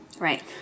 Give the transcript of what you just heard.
Right